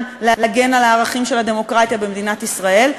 להגן על הערכים של הדמוקרטיה במדינת ישראל?